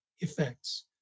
effects